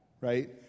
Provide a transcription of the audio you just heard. right